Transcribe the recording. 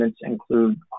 include